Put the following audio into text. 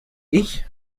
ich